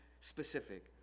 specific